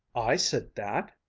i said that!